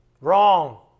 Wrong